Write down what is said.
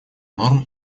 норм